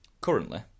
Currently